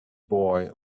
boy